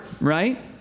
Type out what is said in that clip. Right